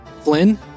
Flynn